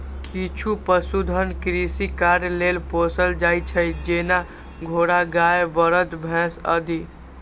किछु पशुधन कृषि कार्य लेल पोसल जाइ छै, जेना घोड़ा, गाय, बरद, भैंस आदि